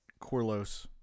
Corlos